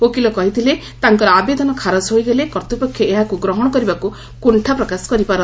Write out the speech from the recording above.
ଓକିଲ କହିଥିଲେ ତାଙ୍କର ଆବେଦନ ଖାରଜ ହୋଇଗଲେ କର୍ତ୍ତ୍ୱପକ୍ଷ ଏହାକୁ ଗ୍ରହଣ କରିବାକୁ କୁଷ୍ଠା ପ୍ରକାଶ କରିପାରନ୍ତି